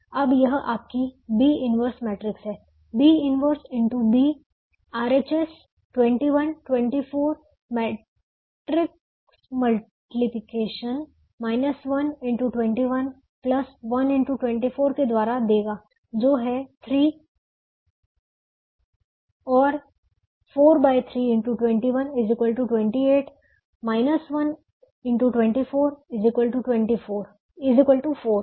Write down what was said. अब यह आपकी B 1 मैट्रिक्स है B 1x B RHS 21 24 matrix multiplication के द्वारा देगा जो है 3 और 4 3 x 21 28 4